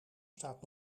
staat